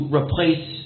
replace